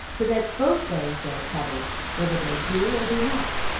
so that both ways they are troubled, whether they do or do not,